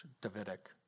Davidic